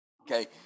Okay